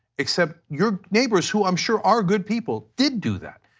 except your neighbors who i'm sure are good people did do that.